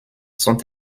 sont